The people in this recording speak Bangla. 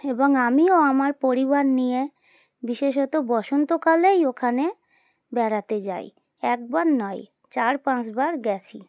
এবং আমিও আমার পরিবার নিয়ে বিশেষত বসন্তকালেই ওখানে বেড়াতে যাই একবার নয় চার পাঁচবার গিয়েছি